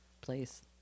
place